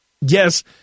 Yes